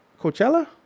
Coachella